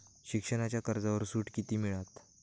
शिक्षणाच्या कर्जावर सूट किती मिळात?